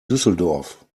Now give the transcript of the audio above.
düsseldorf